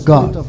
God